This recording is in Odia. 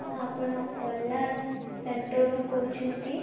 ହଁ ଆପଣ ଓଲା ସେଣ୍ଟର୍ରୁ କହୁଛନ୍ତି